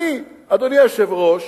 אני, אדוני היושב-ראש,